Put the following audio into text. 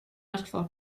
oxford